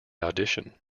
audition